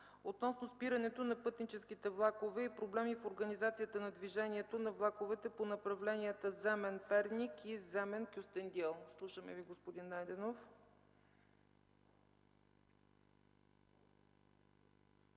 относно спирането на пътническите влакове и проблеми в организацията на движението на влаковете по направленията Земен-Перник и Земен-Кюстендил. Слушаме Ви, господин Найденов.